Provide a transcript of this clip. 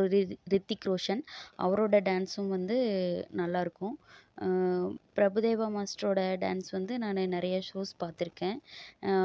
ருது ரித்திக் ரோஷன் அவரோடய டான்ஸும் வந்து நல்லாயிருக்கும் பிரபுதேவா மாஸ்டரோடய டான்ஸ் வந்து நான் நிறைய ஷோஸ் பார்த்துருக்கேன்